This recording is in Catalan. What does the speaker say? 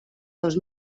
dos